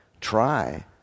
try